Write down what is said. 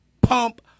Pump